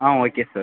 ah okay sir